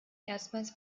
erstmals